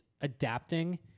adapting